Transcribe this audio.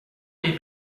dei